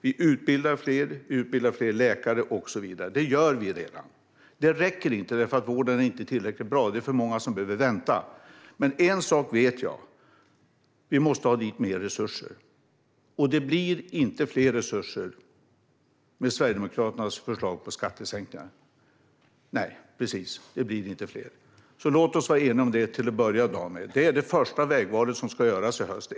Vi utbildar fler, och vi utbildar fler läkare, och så vidare. Det gör vi redan. Det räcker inte. Vården är inte tillräckligt bra. Det är för många som behöver vänta. Men en sak vet jag: Vi måste ha dit mer resurser. Det blir inte mer resurser med Sverigedemokraternas förslag till skattesänkningar. Nej, precis: Det blir inte mer. Låt oss i dag till att börja med vara eniga om det. Det är det första vägvalet som ska göras i höst.